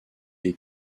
les